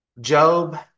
Job